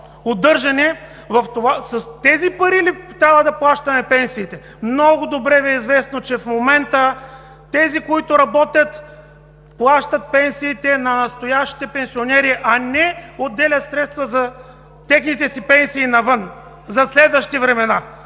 удържане. С тези пари ли трябва да плащаме пенсиите? Много добре Ви е известно, че в момента тези, които работят, плащат пенсиите на настоящите пенсионери, а не отделят средства за техните си пенсии за следващи времена.